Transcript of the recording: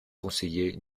conseiller